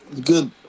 good